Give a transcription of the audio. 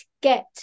get